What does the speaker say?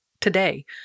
today